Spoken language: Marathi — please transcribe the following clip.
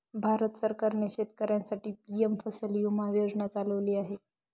भारत सरकारने शेतकऱ्यांसाठी पी.एम फसल विमा योजना चालवली आहे